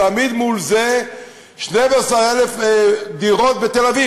להעמיד מול זה 12,000 דירות בתל-אביב.